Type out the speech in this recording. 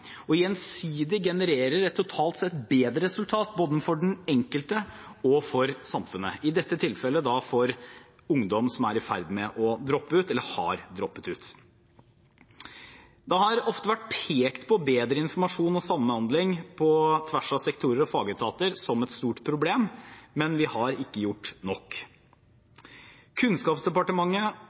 og gjensidig genererer et totalt sett bedre resultat både for den enkelte og for samfunnet, i dette tilfellet for ungdom som er i ferd med å droppe ut, eller som har droppet ut. Det har ofte vært pekt på som et stort problem å få til bedre informasjon og samhandling på tvers av sektorer og fagetater, men vi har ikke gjort nok. Kunnskapsdepartementet,